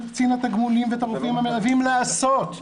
קצין התגמולים ואת הגופים המלווים לעשות.